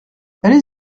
allez